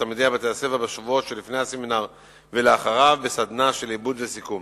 תלמידי בתי-הספר בשבועות שלפני הסמינר ולאחריו בסדנה של עיבוד וסיכום.